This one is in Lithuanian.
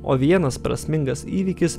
o vienas prasmingas įvykis